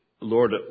Lord